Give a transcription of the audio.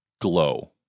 glow